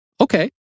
Okay